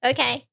Okay